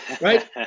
right